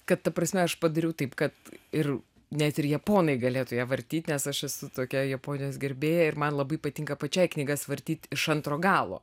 kad ta prasme aš padariau taip kad ir net ir japonai galėtų ją vartyt nes aš esu tokia japonijos gerbėja ir man labai patinka pačiai knygas vartyt iš antro galo